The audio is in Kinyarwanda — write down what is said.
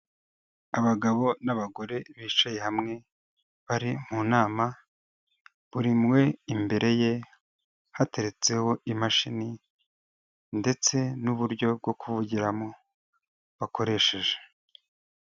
Abagabo n'abagore bicaye hamwe, bari mu nama buri umwe imbere ye hateretseho imashini ndetse n'uburyo bwo kuvugiramo bakoresheje.